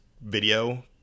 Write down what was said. video